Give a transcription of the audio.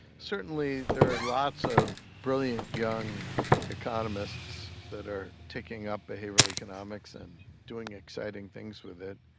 certainly there are lots of brilliant young economists that are taking up behavioural economics and doing exciting things with it,